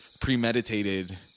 premeditated